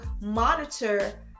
monitor